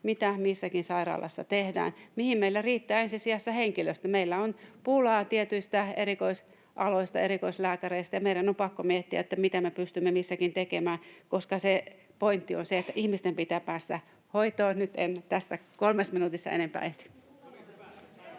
mitä missäkin sairaalassa tehdään, mihin meillä riittää ensi sijassa henkilöstöä. Meillä on pulaa tietyistä erikoisaloista, erikoislääkäreistä, ja meidän on pakko miettiä, mitä me pystymme missäkin tekemään, koska se pointti on se, että ihmisten pitää päästä hoitoon. — Nyt en tässä kolmessa minuutissa enempää ehtinyt.